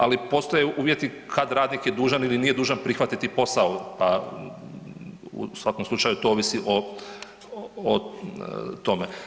Ali, postoje uvjeti kad radnik je dužan ili nije dužan prihvatiti posao u, pa, u svakom slučaju to ovisi o tome.